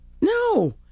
No